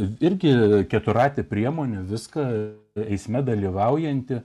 virgi keturratė priemonė viską eisme dalyvaujanti